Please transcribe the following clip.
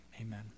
amen